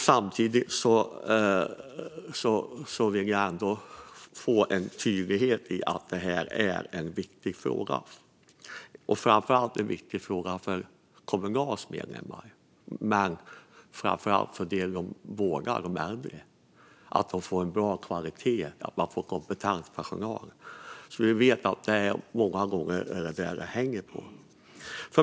Samtidigt vill jag få en tydlighet i att detta är en viktig fråga. Den är viktig för Kommunals medlemmar men framför allt för dem de vårdar, de äldre, så att de får bra kvalitet och kompetent personal. Vi vet att det många gånger är detta det hänger på.